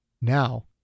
Now